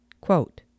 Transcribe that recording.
Quote